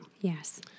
Yes